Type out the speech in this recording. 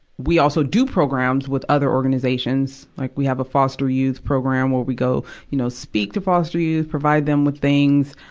we also do programs with other organizations. like, we have a foster youth program, where we go, you know, speak to foster youth, provide them with things,